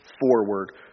forward